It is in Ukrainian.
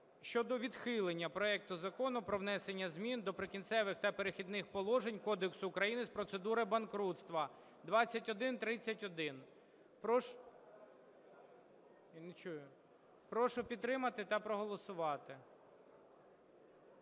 щодо відхилення проекту Закону про внесення змін до Прикінцевих та перехідних положень Кодексу України з процедур банкрутства (2131). Прошу… Я не чую. Прошу підтримати та проголосувати.